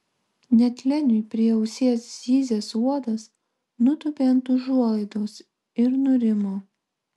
net leniui prie ausies zyzęs uodas nutūpė ant užuolaidos ir nurimo